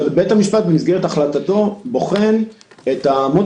בית המשפט בוחן במסגרת החלטתו את אמות